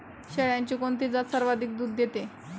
शेळ्यांची कोणती जात सर्वाधिक दूध देते?